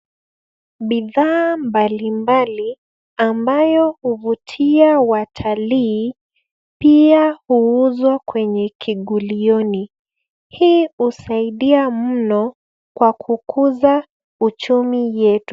Bidhaa mbalimbali ambayo huvutia watalii pia huuzwa kwenye kugulioni. Hii husaidia mno kwa kukuza uchumi yetu.